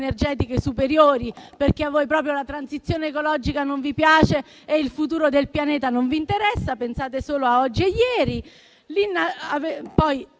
energetiche superiori perché la transizione ecologica proprio non vi piace e il futuro del pianeta non vi interessa. Pensate solo a oggi e ieri. Non